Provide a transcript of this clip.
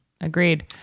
Agreed